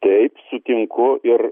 taip sutinku ir